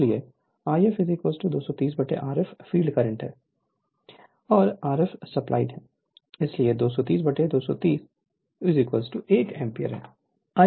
इसलिए If 230 Rf field current है RF supply है इसलिए 230230 1 एम्पीयर है